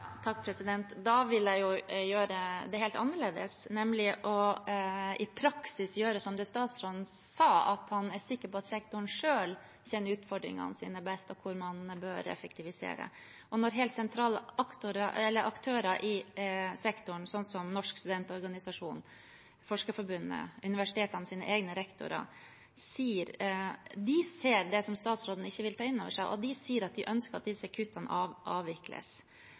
Jeg ville gjøre det helt annerledes, nemlig i praksis å gjøre det statsråden sa. Han sa at han er sikker på at sektoren selv kjenner utfordringene sine best og vet hvor man bør effektivisere. Helt sentrale aktører i sektoren, som Norsk studentorganisasjon, Forskerforbundet og universitetenes egne rektorer, ser det statsråden ikke vil ta inn over seg, og de sier at de ønsker at disse kuttene avvikles.